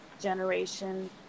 generation